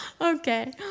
Okay